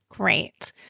Great